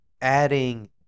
adding